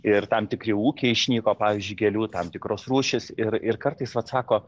ir tam tikri ūkiai išnyko pavyzdžiui gėlių tam tikros rūšys ir ir kartais vat sako